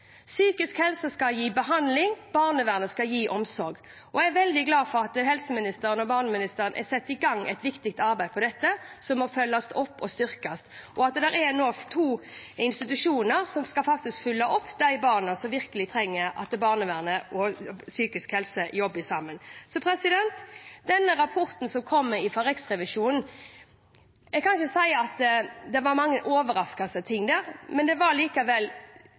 Psykisk helse-sektoren skal gi behandling, og barnevernet skal gi omsorg, og jeg er veldig glad for at helseministeren og barneministeren har satt i gang et viktig arbeid på dette, som må følges opp og styrkes. Det er nå to institusjoner som skal følge opp de barna som virkelig trenger at barnevernet og de som jobber med psykisk helse, jobber sammen. Når det gjelder denne rapporten fra Riksrevisjonen, kan jeg ikke si at det var mange overraskelser der, men det var likevel